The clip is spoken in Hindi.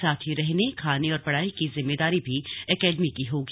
साथ ही रहने खाने और पढ़ाई की जिमेदारी भी एकेडमी की होगी